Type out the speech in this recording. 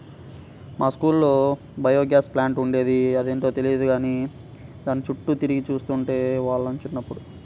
మా స్కూల్లో biogas plant ఉండేది, అదేంటో తెలియక దాని చుట్టూ తిరిగి చూస్తుండే వాళ్ళం చిన్నప్పుడు